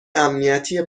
امنیتی